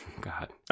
god